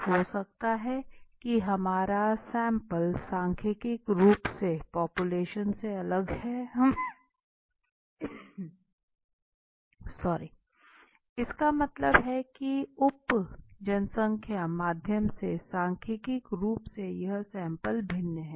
हो सकता है कि हमारा सैंपल सांख्यिकीय रूप से पापुलेशन से अलग है इसका मतलब है कि उप जनसंख्या माध्य से सांख्यिकीय रूप से यह सैंपल भिन्न है